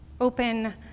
open